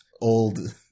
Old